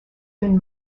been